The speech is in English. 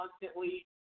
constantly